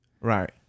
right